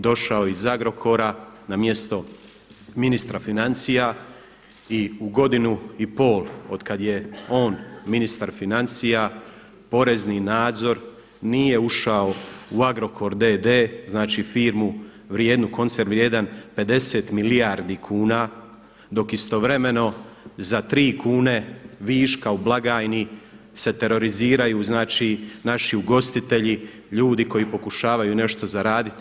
Došao je iz Agrokora na mjesto ministra financija i u godinu i pol otkada je on ministar financija porezni nadzor nije ušao u Agrokor d.d., znači firmu vrijednu, koncern vrijedan 50 milijardi kuna dok istovremeno za 3 kune viška u blagajni se teroriziraju, znači naši ugostitelji, ljudi koji pokušavaju nešto zaraditi.